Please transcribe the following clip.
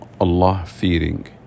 Allah-fearing